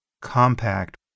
compact